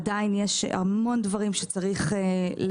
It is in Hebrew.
עדיין יש המון דברים שיש לשנות.